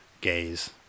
gays